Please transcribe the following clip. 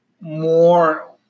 more